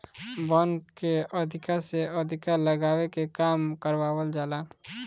वन के अधिका से अधिका लगावे के काम करवावल जाला